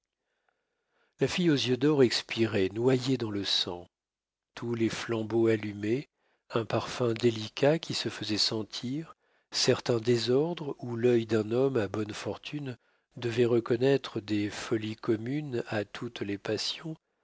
la fille aux yeux d'or expirait noyée dans le sang tous les flambeaux allumés un parfum délicat qui se faisait sentir certain désordre où l'œil d'un homme à bonnes fortunes devait reconnaître des folies communes à toutes les passions